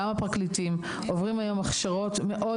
גם הפרקליטים עוברים היום הכשרות מאוד